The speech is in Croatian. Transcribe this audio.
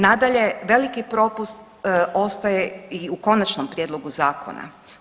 Nadalje, veliki propust ostaje i u konačnom prijedlogu zakona.